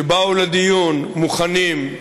שבאו לדיון מוכנים,